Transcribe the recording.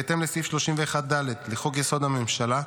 בהתאם לסעיף 31(ד) לחוק-יסוד: הממשלה,